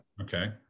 Okay